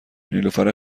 نیلوفر